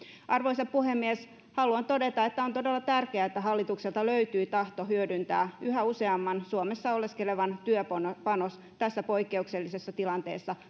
arvoisa puhemies haluan todeta että on todella tärkeää että hallitukselta löytyy tahto hyödyntää yhä useamman suomessa oleskelevan työpanos koronakriisistä selviämisessä tässä poikkeuksellisessa tilanteessa